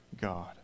God